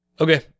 okay